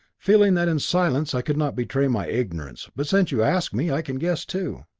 feeling that in silence i could not betray my ignorance, but since you ask me, i can guess too.